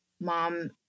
mom